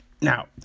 Now